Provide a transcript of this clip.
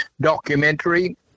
documentary